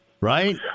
right